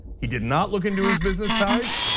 he did not look into his business ties, yeah